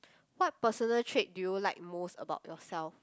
what personal trait do you like most about yourself